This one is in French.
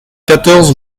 quatorze